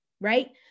right